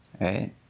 right